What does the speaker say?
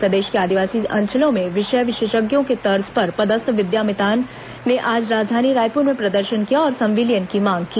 प्रदेश के आदिवासी अंचलों में विषय विशेषज्ञों के तर्ज पर पदस्थ विद्या मितान ने आज राजधानी रायपुर में प्रदर्शन किया और संविलियन की मांग की